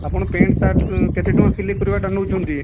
ଆପଣ pant shirt କେତେ ଟଙ୍କା ସିଲେଇ କରିବାଟା ନେଉଛନ୍ତି